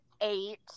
eight